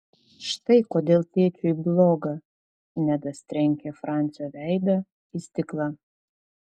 štai kodėl tėčiui bloga nedas trenkė fransio veidą į stiklą